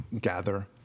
gather